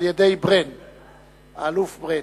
על-ידי האלוף ברן.